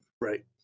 right